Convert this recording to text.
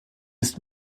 ist